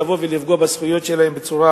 לבוא ולפגוע בזכויות שלהם בצורה